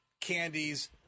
candies